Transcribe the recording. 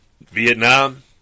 Vietnam